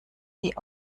sie